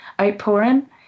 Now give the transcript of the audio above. outpouring